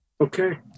Okay